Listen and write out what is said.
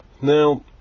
Now